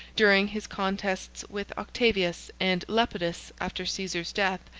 during his contests with octavius and lepidus, after caesar's death,